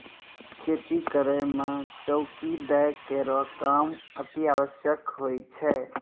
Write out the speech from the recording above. खेती करै म चौकी दै केरो काम अतिआवश्यक होय छै